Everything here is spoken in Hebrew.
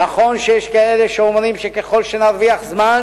נכון שיש כאלה שאומרים שככל שנרוויח זמן